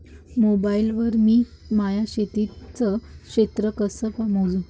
Mobile वर मी माया शेतीचं क्षेत्र कस मोजू?